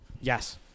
Yes